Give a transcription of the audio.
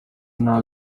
nta